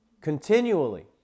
continually